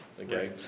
okay